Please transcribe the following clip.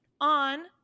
on